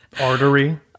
Artery